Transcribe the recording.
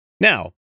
Now